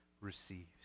receives